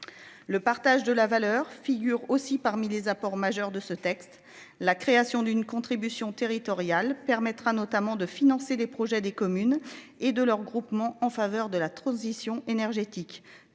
Le partage de la valeur figure aussi parmi les apports majeurs de ce texte, la création d'une contribution territoriale permettra notamment de financer les projets des communes et de leurs groupements en faveur de la transition énergétique,